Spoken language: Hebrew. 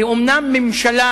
אומנם הממשלה